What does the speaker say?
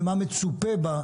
ומה מצופה.